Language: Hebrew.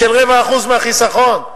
של 0.25% מהחיסכון.